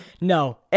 No